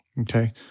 Okay